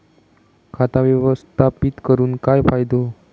खाता व्यवस्थापित करून काय फायदो?